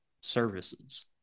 services